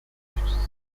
established